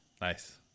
Nice